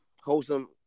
wholesome